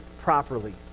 properly